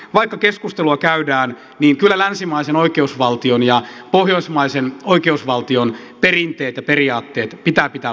vaikka keskustelua käydään niin kyllä länsimaisen oikeusvaltion ja pohjoismaisen oikeusvaltion perinteet ja periaatteet pitää pitää voimissaan